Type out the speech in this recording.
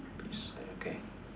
the sign okay